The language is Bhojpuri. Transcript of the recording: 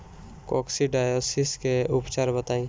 कोक्सीडायोसिस के उपचार बताई?